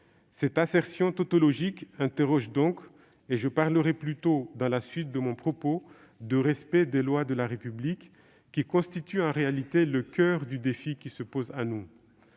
Cette assertion tautologique interroge donc, et je parlerai plutôt dans la suite de mon propos de « respect des lois de la République », qui constitue en réalité le coeur du défi qui se pose à nous.